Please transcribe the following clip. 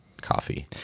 coffee